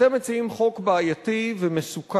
אתם מציעים חוק בעייתי ומסוכן,